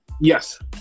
Yes